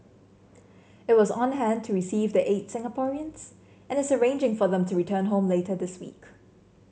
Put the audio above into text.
it was on hand to receive the eight Singaporeans and is arranging for them to return home later this week